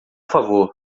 favor